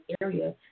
area